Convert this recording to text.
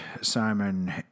Simon